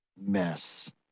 mess